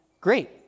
great